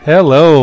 Hello